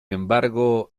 embargo